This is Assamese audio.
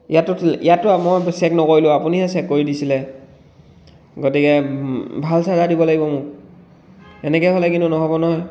ইয়াততো ইয়াততো আৰু মই চেক নকৰিলোঁ আপুনিহে চেক কৰি দিছিলে গতিকে ভাল চাৰ্জাৰ দিব লাগিব মোক এনেকৈ হ'লে কিন্তু নহ'ব নহয়